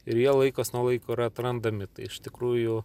ir jie laikas nuo laiko ir atrandami iš tikrųjų